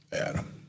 Adam